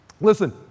Listen